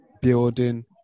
building